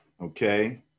okay